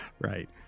right